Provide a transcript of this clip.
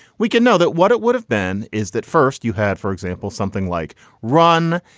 we can know that what it would have been is that first you had, for example, something like run.